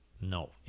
no